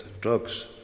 drugs